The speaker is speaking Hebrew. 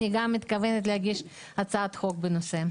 אני גם מתכוונת להגיש הצעת חוק בנושא.